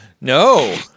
No